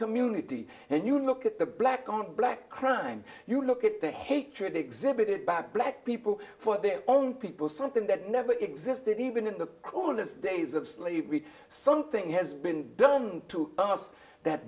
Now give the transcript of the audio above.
community and you look at the black on black crime you look at the hatred exhibited back black people for their own people something that never existed even in the colorless days of slavery something has been done to us that